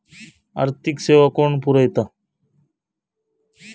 आर्थिक सेवा कोण पुरयता?